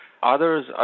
Others